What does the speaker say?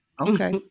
Okay